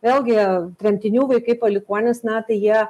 vėlgi tremtinių vaikai palikuonys na tai jie